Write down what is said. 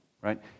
Right